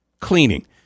cleaning